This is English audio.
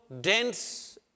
dense